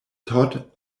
todd